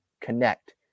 connect